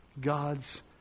God's